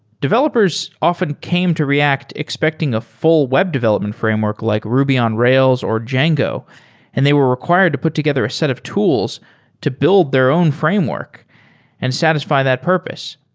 developers often came to react expecting a full web development framework like ruby on rails or jango and they were required to put together a set of tools to build their own framework and satisfy that purpose.